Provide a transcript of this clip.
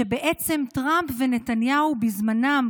שבעצם טראמפ ונתניהו בזמנם,